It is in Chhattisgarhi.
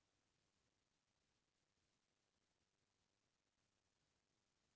ऋण के आवश्यक शर्तें कोस आय?